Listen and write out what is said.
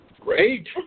Great